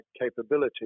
capability